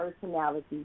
personality